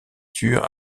sûr